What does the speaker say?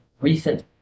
recent